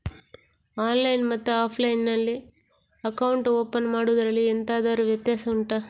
online ಮತ್ತು offline ನಲ್ಲಿ account open ಮಾಡುವುದರಲ್ಲಿ ಎಂತಾದರು ವ್ಯತ್ಯಾಸ ಉಂಟಾ